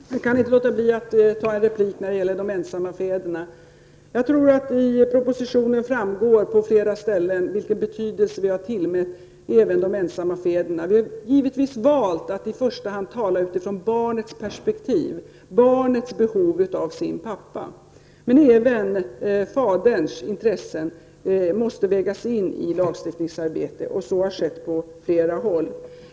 Herr talman! Jag kan inte låta bli att ta en replik när det gäller de ensamma fäderna. I propositionen framgår på flera ställen vilken betydelse vi även har tillmätt de ensamma fäderna. Vi har givetvis valt att i första hand tala utifrån barnets perspektiv och barnets behov av sin pappa. Även faderns intressen måste vägas in i lagstiftningsarbetet. Så har skett på flera håll.